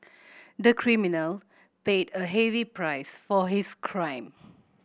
the criminal paid a heavy price for his crime